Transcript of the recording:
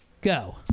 go